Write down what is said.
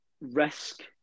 Risk